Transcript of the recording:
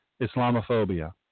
Islamophobia